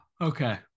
okay